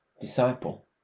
disciple